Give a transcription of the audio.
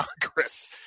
Congress